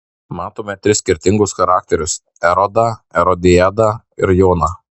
matome tris skirtingus charakterius erodą erodiadą ir joną